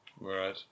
right